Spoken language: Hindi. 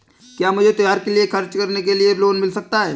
क्या मुझे त्योहार के खर्च के लिए लोन मिल सकता है?